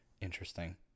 Interesting